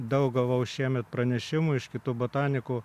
daug gavau šiemet pranešimų iš kitų botanikų